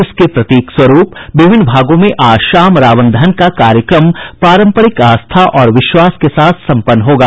इसके प्रतीक स्वरूप विभिन्न भागों में आज शाम रावण दहन का कार्यक्रम पारम्परिक आस्था और विश्वास के साथ सम्पन्न होगा